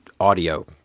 audio